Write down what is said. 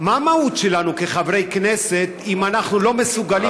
מה המהות שלנו כחברי כנסת אם אנחנו לא מסוגלים